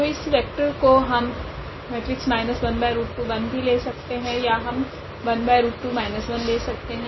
तो इस वेक्टर को हम भी ले सकते है या हम ले सकते है